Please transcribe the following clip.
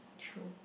true